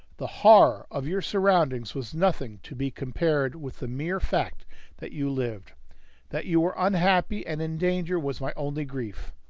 the horror of your surroundings was nothing to be compared with the mere fact that you lived that you were unhappy and in danger was my only grief,